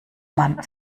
man